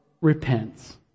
repents